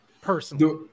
personally